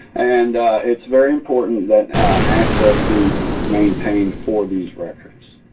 and it's very important that access be maintained for these records.